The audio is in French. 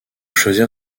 choisir